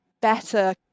better